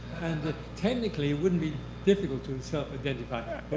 and technically it wouldn't be difficult to self-identify.